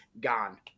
gone